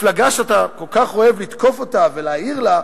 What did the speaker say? מפלגה שאתה כל כך אוהב לתקוף אותה ולהעיר לה,